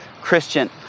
Christian